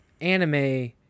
anime